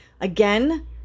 Again